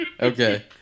Okay